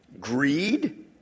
greed